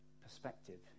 perspective